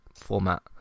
format